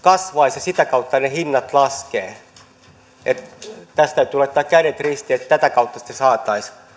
kasvaisivat ja sitä kautta ne hinnat laskisivat tässä täytyy laittaa kädet ristiin että tätä kautta sitä saataisiin